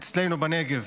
אצלנו בנגב,